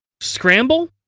Scramble